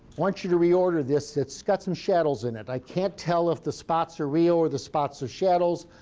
want you to reorder this. it's got some shadows in it. i can't tell if the spots are real or the spots are shadows.